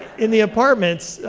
in the apartments,